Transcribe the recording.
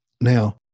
Now